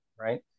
right